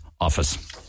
office